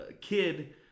kid